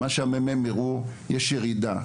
כמו שהממ״מ הראו, יש ירידה.